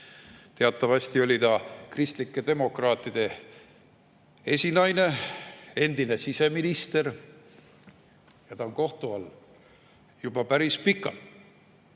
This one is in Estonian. Teatavasti oli ta kristlike demokraatide esinaine, endine siseminister, ja ta on kohtu all juba päris pikalt.